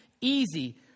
easy